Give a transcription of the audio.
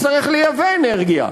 נצטרך לייבא אנרגיה.